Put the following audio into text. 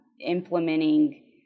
implementing